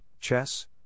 chess